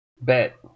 Bet